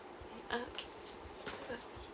ah okay